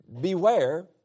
beware